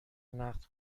نقد